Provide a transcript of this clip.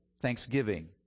thanksgiving